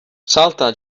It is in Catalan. salta